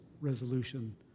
resolution